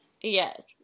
yes